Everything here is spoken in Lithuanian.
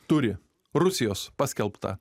turi rusijos paskelbtą